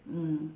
mm